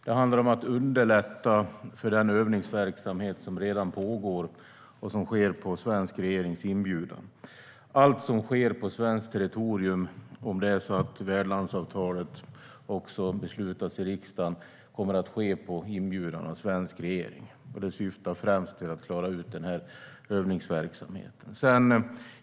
Det handlar om att underlätta för den övningsverksamhet som redan pågår och som sker på svensk regerings inbjudan. Allt som sker på svenskt territorium, om värdlandsavtalet också beslutas i riksdagen, kommer att ske på inbjudan av svensk regering. Det syftar främst till att klara ut övningsverksamheten.